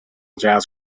jazz